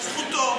זכותו.